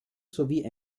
sowie